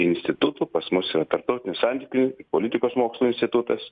institutų pas mus yra tarptautinių santykių politikos mokslų institutas